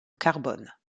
carbone